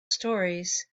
stories